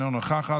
אינה נוכחת,